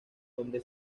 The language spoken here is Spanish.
donde